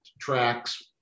tracks